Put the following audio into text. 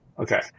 Okay